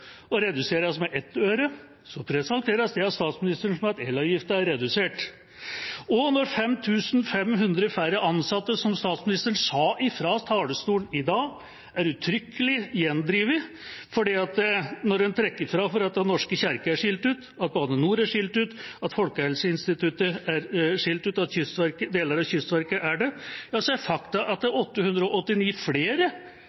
og reduseres med 1 øre, presenteres det av statsministeren som at elavgiften har blitt redusert. Og påstanden om 5 500 færre ansatte, som statsministeren kom med fra talerstolen i dag, er uttrykkelig gjendrevet, for når en trekker fra at Den norske kirke, Bane NOR, Folkehelseinstituttet og deler av Kystverket er skilt ut, er faktum at det